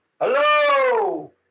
hello